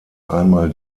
einmal